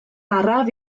araf